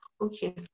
okay